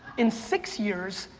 in six years,